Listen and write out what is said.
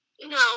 No